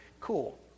Cool